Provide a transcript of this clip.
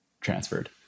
transferred